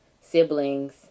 siblings